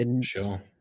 Sure